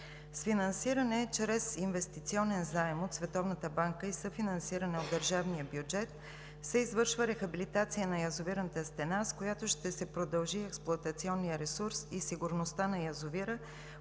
С финансиране чрез инвестиционен заем от Световната банка и съфинансиране от държавния бюджет се извършва рехабилитация на язовирната стена, с която ще се продължи експлоатационния ресурс и сигурността на язовира,